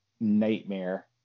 nightmare